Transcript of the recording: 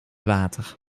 water